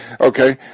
okay